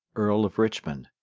earl of richmond,